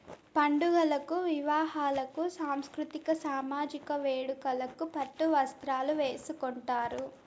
పండుగలకు వివాహాలకు సాంస్కృతిక సామజిక వేడుకలకు పట్టు వస్త్రాలు వేసుకుంటారు